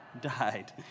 died